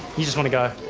you just want to go,